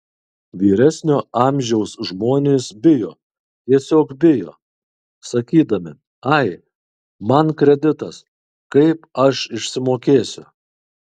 vyresnio amžiaus žmonės bijo tiesiog bijo sakydami ai man kreditas kaip aš išsimokėsiu